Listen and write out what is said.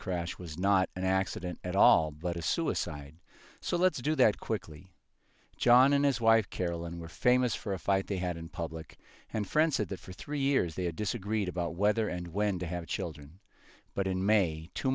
crash was not an accident at all but a suicide so let's do that quickly john and his wife carolyn were famous for a fight they had in public and friends said that for three years they had disagreed about whether and when to have children but in may two